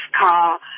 car